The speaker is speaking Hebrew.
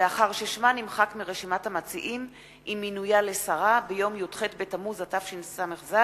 לאחר ששמה נמחק מרשימת המציעים עם מינויה לשרה ביום י"ח בתמוז התשס"ז,